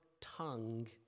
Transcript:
tongue